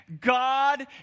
God